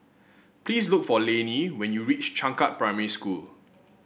please look for Lanie when you reach Changkat Primary School